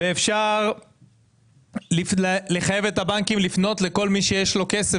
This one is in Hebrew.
ואפשר לחייב את הבנקים לפנות לכל מי שיש לו כסף